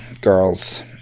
girls